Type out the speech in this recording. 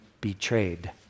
betrayed